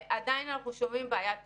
עדיין אנחנו שומעים, בעיית תקציב.